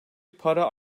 para